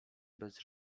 bez